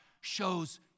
shows